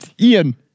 Ian